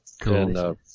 Cool